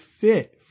fit